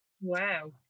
Wow